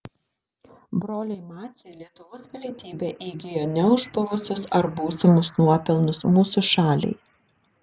broliai maciai lietuvos pilietybę įgijo ne už buvusius ar būsimus nuopelnus mūsų šaliai